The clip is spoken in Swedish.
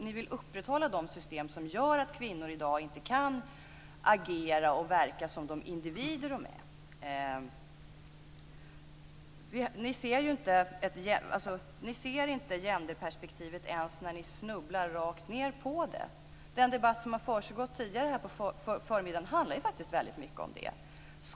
Ni vill upprätthålla de system som gör att kvinnor i dag inte kan agera och verka som de individer de är. Ni ser inte genderperspektivet ens när ni snubblar över det. Den debatt som har försiggått tidigare här på förmiddagen handlar ju faktiskt väldigt mycket om detta.